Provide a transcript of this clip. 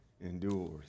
endures